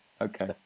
Okay